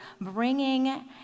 bringing